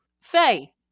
Faye